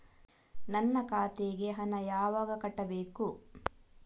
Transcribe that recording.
ನನ್ನ ಖಾತೆಗೆ ಹಣ ಯಾವಾಗ ಕಟ್ಟಬೇಕು?